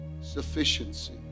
sufficiency